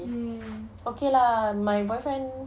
mm